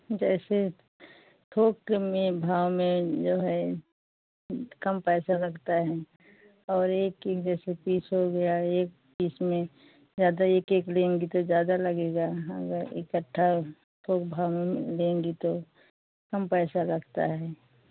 जैसे थोक के में भाव में जो है कम पैसा लगता है और एक की जैसे पीस हो गया एक पीस में ज़्यादा एक एक लेंगी तो ज़्यादा लगेगा हाँ अगर इकट्ठा थोक भाव में लेंगी तो कम पैसा लगता है